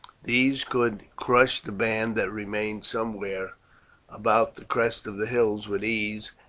these could crush the band that remained somewhere about the crest of the hills with ease,